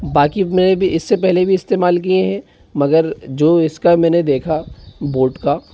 बाकी मैं भी इससे पहले भी इस्तेमाल किए है मगर जो इसका मैंने देखा बोट का